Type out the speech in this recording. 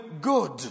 good